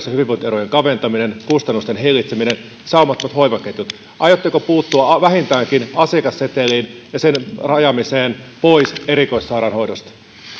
ja hyvinvointierojen kaventamisen kustannusten hillitsemisen saumattomat hoivaketjut aiotteko puuttua vähintäänkin asiakasseteliin ja sen rajaamiseen pois erikoissairaanhoidosta